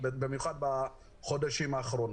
במיוחד בחודשים האחרונים,